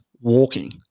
walking